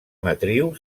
matriu